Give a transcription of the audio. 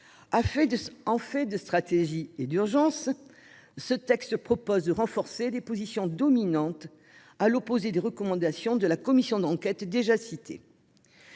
En fait de stratégie et d'urgence, ce texte propose de renforcer les positions dominantes, à l'opposé des recommandations de la commission d'enquête que j'ai citée,